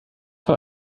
von